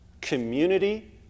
community